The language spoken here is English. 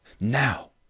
now!